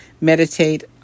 meditate